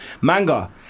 Manga